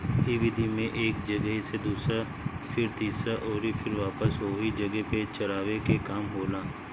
इ विधि में एक जगही से दूसरा फिर तीसरा अउरी फिर वापस ओही जगह पे चरावे के काम होला